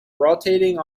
rotating